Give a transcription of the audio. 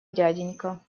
дяденька